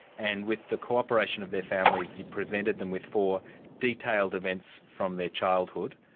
and with the cooperation of their families you presented them with four detailed events from their childhood,